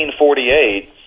1948